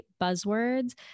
buzzwords